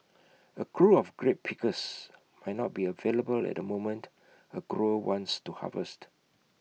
A crew of grape pickers might not be available at the moment A grower wants to harvest